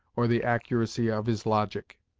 or the accuracy of his logic.